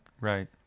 right